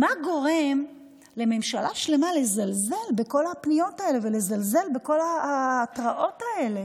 מה גורם לממשלה שלמה לזלזל בכל הפניות האלה ולזלזל בכל ההתראות האלה.